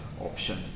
option